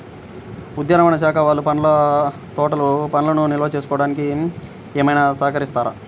ఉద్యానవన శాఖ వాళ్ళు పండ్ల తోటలు పండ్లను నిల్వ చేసుకోవడానికి ఏమైనా సహకరిస్తారా?